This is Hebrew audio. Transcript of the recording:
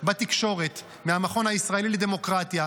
בתקשורת מהמכון הישראלי לדמוקרטיה,